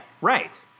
right